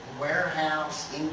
warehouse